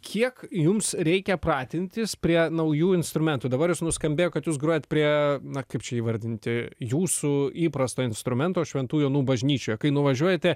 kiek jums reikia pratintis prie naujų instrumentų dabar jūs nuskambėjo kad jūs grojat prie na kaip čia įvardinti jūsų įprasto instrumento šventų jonų bažnyčioje kai nuvažiuojate